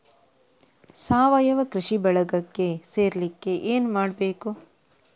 ಸಾವಯವ ಕೃಷಿ ಬಳಗಕ್ಕೆ ಸೇರ್ಲಿಕ್ಕೆ ಏನು ಮಾಡ್ಬೇಕು?